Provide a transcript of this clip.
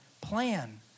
plan